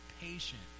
patient